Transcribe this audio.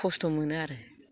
खस्थ' मोनो आरो